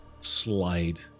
slide